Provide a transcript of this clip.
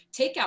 takeout